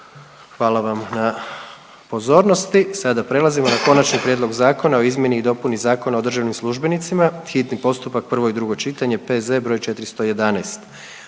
hvala vam na pozornosti. Sada prelazimo na: - Konačni prijedlog zakona o izmjeni i dopuni Zakona o državnim službenicima, hitni postupak, prvo i drugo čitanje, P.Z. br. 411;